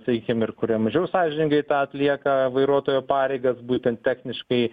sakykim ir kurie mažiau sąžiningai tą atlieka vairuotojo pareigas būtent techniškai